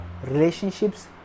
Relationships